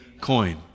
coin